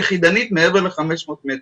יחידנית מעבר ל-500 מטר.